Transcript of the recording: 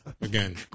again